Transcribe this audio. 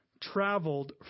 traveled